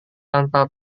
tanpa